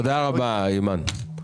תודה רבה, אימאן.